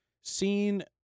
seen